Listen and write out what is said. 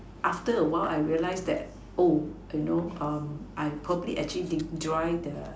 after a while I realised that oh you know um I probably actually didn't dry the